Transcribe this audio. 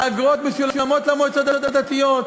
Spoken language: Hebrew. האגרות משולמות למועצות הדתיות.